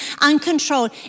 uncontrolled